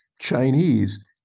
Chinese